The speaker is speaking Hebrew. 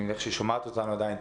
אני מניח שהיא שומעת אותנו עדיין,